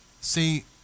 See